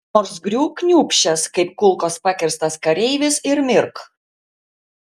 nors griūk kniūbsčias kaip kulkos pakirstas kareivis ir mirk